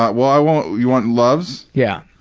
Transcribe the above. but well, i won't you want loves? yeah.